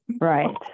right